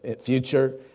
future